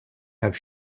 have